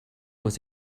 was